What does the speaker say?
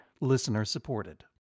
listener-supported